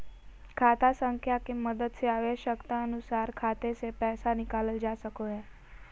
खाता संख्या के मदद से आवश्यकता अनुसार खाते से पैसा निकालल जा सको हय